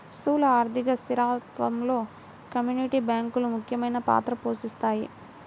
స్థూల ఆర్థిక స్థిరత్వంలో కమ్యూనిటీ బ్యాంకులు ముఖ్యమైన పాత్ర పోషిస్తాయి